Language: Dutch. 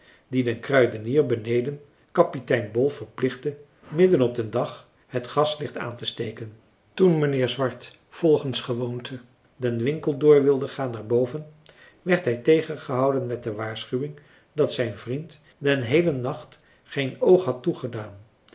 die den kruidenier beneden kapitein bol verplichtte midden op den dag het gaslicht aan te steken toen mijnheer swart volgens gewoonte den winkel door wilde gaan naar boven werd hij tegengehouden met de waarschuwing dat zijn vriend den heelen nacht geen oog had toegedaan